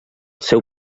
seu